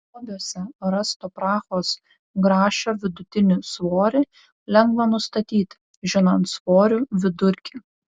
lobiuose rasto prahos grašio vidutinį svorį lengva nustatyti žinant svorių vidurkį